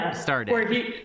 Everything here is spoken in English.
started